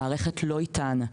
המערכת לא איתן.